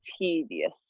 tedious